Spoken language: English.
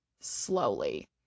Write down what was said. slowly